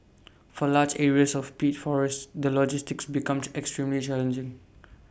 for large areas of peat forests the logistics becomes extremely challenging